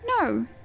No